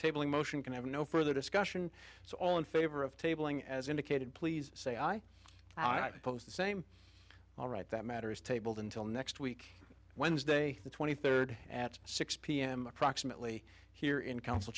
table in motion can have no further discussion so all in favor of tabling as indicated please say i i pose the same all right that matter is tabled until next week wednesday the twenty third at six p m approximately here in council